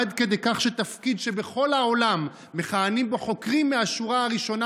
עד כדי כך שתפקיד שמכהנים בו בכל העולם חוקרים מהשורה הראשונה,